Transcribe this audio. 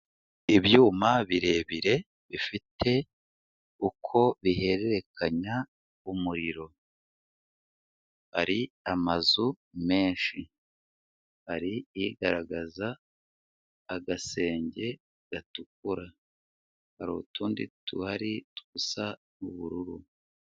Ibyuma birebire bifite uko bihererekanya umuriro, hari amazu menshi, hari igaragaza agasenge gatukura, hari utundi duhari dusa ubururu.